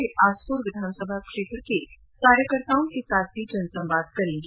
वे आसपुर विधानसभा क्षेत्र के कार्यकर्ताओं के साथ जनसंवाद भी करेंगी